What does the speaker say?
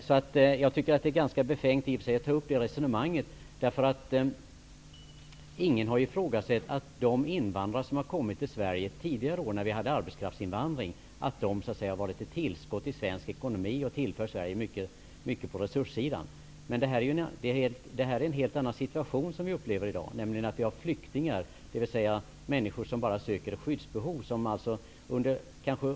Jag tycker i och för sig att det är ganska befängt att ta upp detta resonemang. Ingen har ifrågasatt att de invandrare som kommit till Sverige tidigare år, när vi hade arbetskraftsinvandring, har varit ett tillskott i svensk ekonomi och tillfört Sverige mycket på resurssidan. Det är en helt annan situation som vi upplever i dag när vi har flyktingar, dvs människor som bara har ett skyddsbehov.